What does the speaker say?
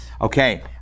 Okay